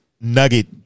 nugget